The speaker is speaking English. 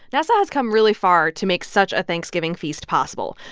nasa has come really far to make such a thanksgiving feast possible.